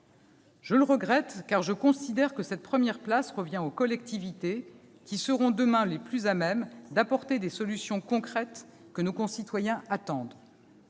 Je le déplore, car je considère que cette première place revient aux collectivités, qui seront, demain, les plus à même d'apporter les solutions concrètes que nos concitoyens attendent.